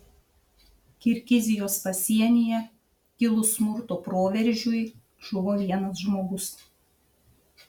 kirgizijos pasienyje kilus smurto proveržiui žuvo vienas žmogus